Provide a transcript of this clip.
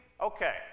okay